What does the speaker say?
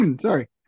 Sorry